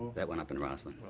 that went up in rosslyn.